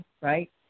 right